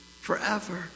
forever